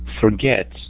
forget